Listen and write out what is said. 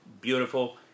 Beautiful